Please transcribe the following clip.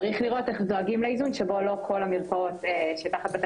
צריך לראות איך דואגים לאיזון שבו לא כל המרפאות שנמצאות תחת בתי